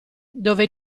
dove